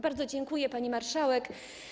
Bardzo dziękuję, pani marszałek.